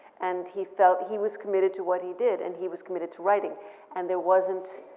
and he felt he was committed to what he did, and he was committed to writing and there wasn't,